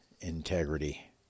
Integrity